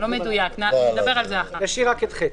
נשאיר רק את (ח).